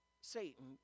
Satan